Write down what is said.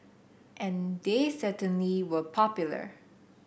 and they certainly were popular